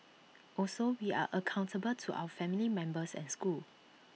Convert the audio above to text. also we are accountable to our family members and school